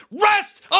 rest